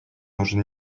нужен